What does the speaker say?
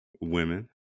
women